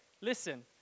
Listen